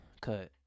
Cut